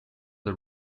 the